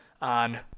on